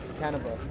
Cannabis